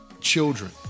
children